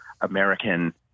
American